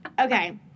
Okay